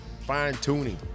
fine-tuning